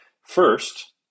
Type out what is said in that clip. First